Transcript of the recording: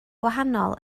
gwahanol